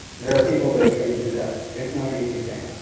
there are people that are trained to do that. it's not an easy thing.